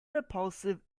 repulsive